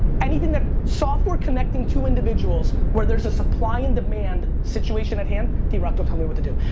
anything that software connecting two individuals where there's a supply and demand situation at hand, drock, don't tell me what to do,